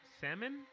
salmon